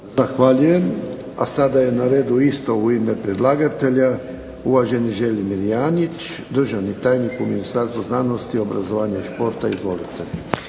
Zahvaljujem. A sada je na redu isto u ime predlagatelja uvaženi Želimir Janjić, državni tajnik u Ministarstvu znanosti, obrazovanja i športa. Izvolite.